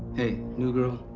hey, new girl,